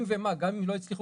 אם ומה, גם אם לא הצליחו